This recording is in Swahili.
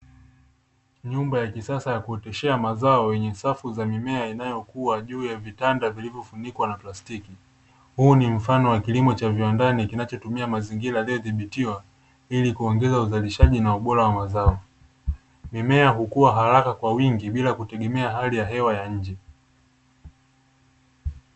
Nyumba ya kisasa ya kuoteshea mazao yenye safu za mimea inayokuwa juu ya vitanda vilivyofunikwa na plastiki, huu ni mfano wa kilimo cha viwandani kinachotumia mazingira yaliyodhibitiwa ili kuongeza uzalishaji na ubora wa mazao, mimea hukuwa haraka kwa wingi bila kutegemea hali ya hewa ya nje.